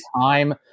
time